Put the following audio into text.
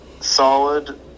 solid